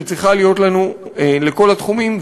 שצריכה להיות לנו לכל התחומים,